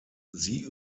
sie